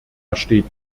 steht